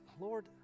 Lord